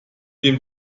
dem